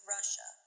Russia